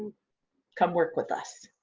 come work with us.